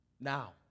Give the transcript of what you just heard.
now